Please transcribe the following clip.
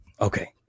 okay